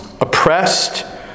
oppressed